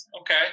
Okay